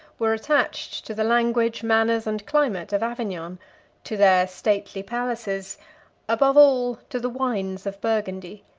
were attached to the language, manners, and climate of avignon to their stately palaces above all, to the wines of burgundy.